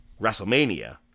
WrestleMania